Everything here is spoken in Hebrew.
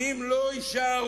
אם לא יישארו,